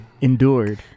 endured